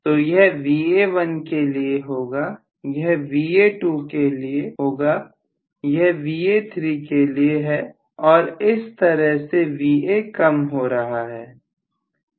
तो यह Va1 के लिए होगा यह Va2 के लिए होगा यह Va3 के लिए है और इस तरह से Va कम हो रहा है